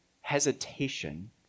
hesitation